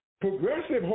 Progressive